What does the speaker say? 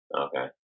Okay